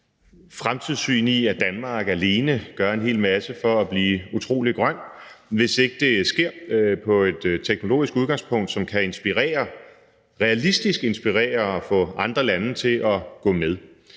fremtidssyn i, at Danmark alene gør en hel masse for at blive utrolig grøn, hvis ikke det sker med et teknologisk udgangspunkt, som kan inspirere – realistisk inspirere – og få andre lande til at gå med.